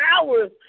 hours